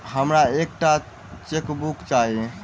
हमरा एक टा चेकबुक चाहि